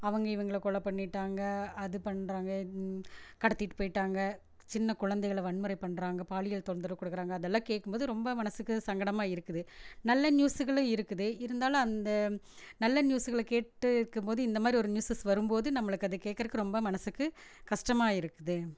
அவங்க இவங்களை கொலை பண்ணிவிட்டாங்க அது பண்ணுறாங்க கடத்திகிட்டு போய்விட்டாங்க சின்ன குழந்தைகளை வன்முறை பண்ணுறாங்க பாலியல் தொந்தரவு கொடுக்குறாங்க அதெல்லாம் கேட்கும்போது ரொம்ப மனசுக்கு சங்கடமாக இருக்குது நல்ல நியூஸுகளும் இருக்குது இருந்தாலும் அந்த நல்ல நியூஸுகளை கேட்டுட்டே இருக்கும் போது இந்த மாரி ஒரு நியூஸஸ் வரும்போது நம்மளுக்கு அதை கேட்குறக்கு ரொம்ப மனசுக்கு கஷ்டமாக இருக்குது